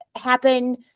happen